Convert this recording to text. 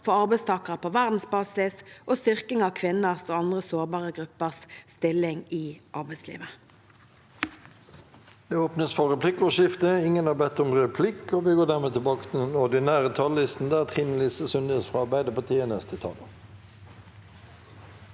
for arbeidstakere på verdensbasis og en styrking av kvinners og andre sårbare gruppers stilling i arbeidslivet.